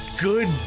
good